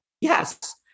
Yes